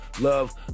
love